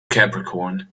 capricorn